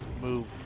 move